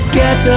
get